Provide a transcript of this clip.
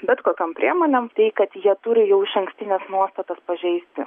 bet kokiom priemonėm tai kad jie turi jau išankstines nuostatas pažeisti